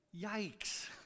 Yikes